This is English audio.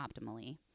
optimally